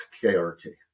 K-R-K